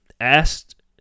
asked